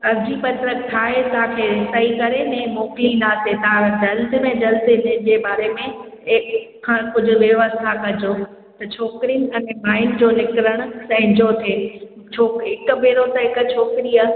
अर्जी पत्र ठाहे तव्हांखे सही करे नि मोकिलींदासीं तव्हां जल्द जे जल्द इनजे बारे में एक्श खण कुझु व्यवस्था कजो त छोकिरियुनि त अने माइन जो निकिरण सहंजो थिए छोकि हिकु भेरो त हिकु छोकिरीअ